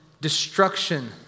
destruction